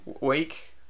week